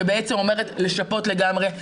שבעצם אומרת לשפות לגמרי.